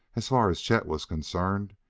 as far as chet was concerned,